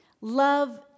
Love